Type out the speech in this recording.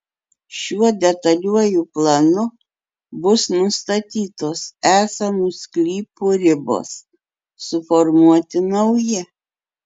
šiuo detaliuoju planu bus nustatytos esamų sklypų ribos suformuoti nauji